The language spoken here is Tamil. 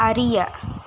அறிய